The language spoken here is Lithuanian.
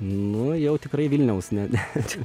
nu jau tikrai vilniaus ne ne čia